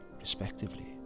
respectively